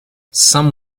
some